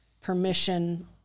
permission